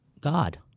God